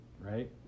Right